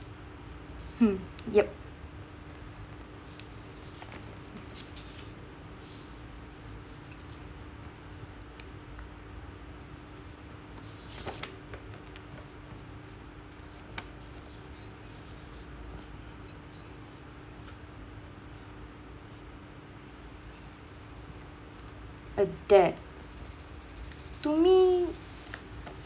um yup a debt to me